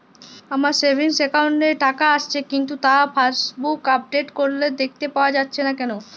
আমার savings account এ টাকা আসছে কিন্তু তা পাসবুক আপডেট করলে দেখতে পাওয়া যাচ্ছে না কেন?